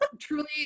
truly